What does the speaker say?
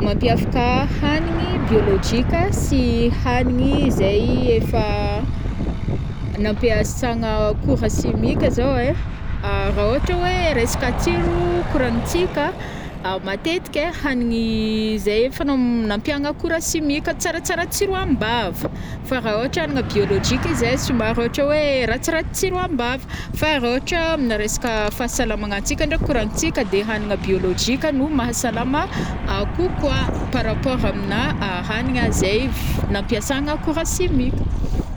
Mampiavaka hagnigny biolojika sy hanigny izay efa nampiasagna akora simika zao ai, ra ôhatra oe resaka tsiro koragnintsika, matetika ai hagnigny izay efa nampiagna akora simika tsaratsara tsiro am-bava, fa ra ôhatra hanigny biolojika izy ein somary ôtra oe ratsiratsy tsiro am-bava, fa ra ôhatra amina resaka fahasalamagnantsika ndraiky koragnintsika de hagnigny biolojika no mahasalama kokoa par rapport amina hagnigna izay v-nampiasana akora simika.